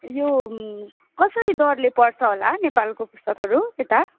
यो कसरी दरले पर्छ होला नेपालको पुस्तकहरू यता